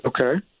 Okay